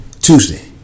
Tuesday